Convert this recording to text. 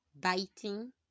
biting